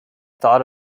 thought